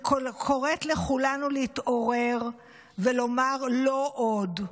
אני קוראת לכולנו להתעורר ולומר: לא עוד.